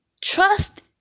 trust